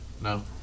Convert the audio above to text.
No